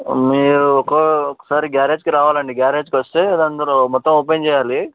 మీరు ఒకో ఒకసారి గ్యారేజ్కి రావాలండి గ్యారేజ్కి వస్తే అందులో మొత్తం ఓపెన్ చేయాలి